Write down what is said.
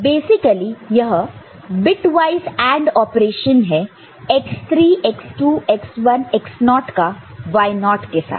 तो बेसिकली यह bitwise AND operation है x3 x2 x1 x0 का y0 के साथ